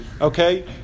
Okay